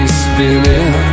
spinning